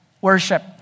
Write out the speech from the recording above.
worship